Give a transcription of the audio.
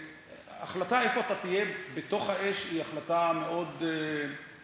ההחלטה איפה אתה תהיה בתוך האש היא החלטה מאוד אישית.